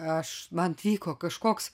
aš man vyko kažkoks